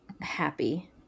happy